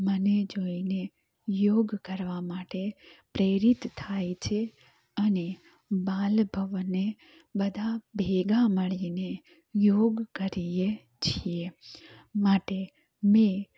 મને જોઈને યોગ કરવા માટે પ્રેરિત થાય છે અને બાલભવને બધાં ભેગા મળીને યોગ કરીએ છીએ માટે મેં